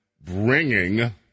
bringing